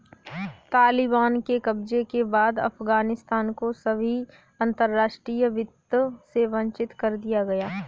तालिबान के कब्जे के बाद अफगानिस्तान को सभी अंतरराष्ट्रीय वित्त से वंचित कर दिया गया